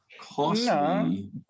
costly